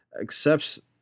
accepts